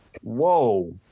Whoa